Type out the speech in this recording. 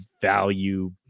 value